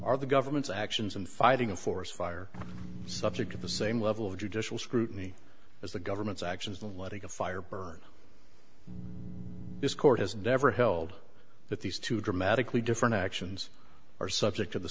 are the government's actions in fighting a forest fire subject to the same level of judicial scrutiny as the government's actions of letting a fire burn this court has never held that these two dramatically different actions are subject to the